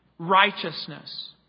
Righteousness